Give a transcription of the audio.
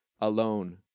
alone